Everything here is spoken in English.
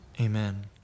amen